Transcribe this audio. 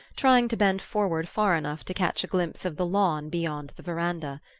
trying to bend forward far enough to catch a glimpse of the lawn beyond the verandah.